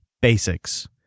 basics